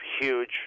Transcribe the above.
huge